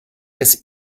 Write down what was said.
des